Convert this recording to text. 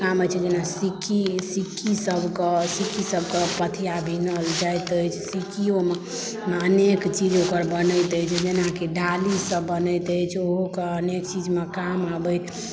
काम अछि जेना सिक्की सिक्की सभ के सिक्की सभ के पथिया बीनल जाइत अछि सिक्कियोमे अनेक चीज ओकर बनैत अछि जेनाकि डाली सभ बनैत अछि ओहोके अनेक चीजमे काम अबैत अछि